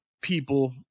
people